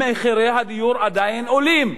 מחירי הדיור עדיין עולים,